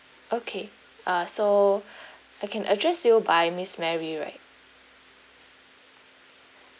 okay uh so I can address you by miss mary right